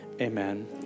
Amen